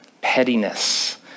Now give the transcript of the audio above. pettiness